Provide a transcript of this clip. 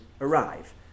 arrive